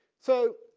so